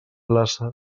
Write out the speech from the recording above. plaça